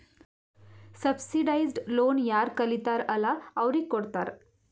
subsidised loan ಯಾರ್ ಕಲಿತಾರ್ ಅಲ್ಲಾ ಅವ್ರಿಗ ಕೊಡ್ತಾರ್